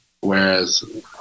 whereas